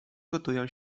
gotują